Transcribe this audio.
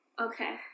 okay